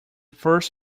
first